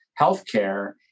healthcare